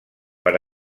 per